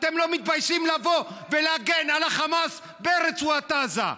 אתם לא מתביישים לבוא ולהגן על החמאס ברצועת עזה?